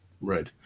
Right